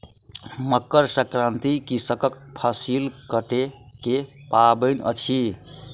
मकर संक्रांति कृषकक फसिल कटै के पाबैन अछि